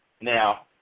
Now